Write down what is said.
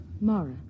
Mara